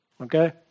Okay